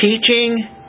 teaching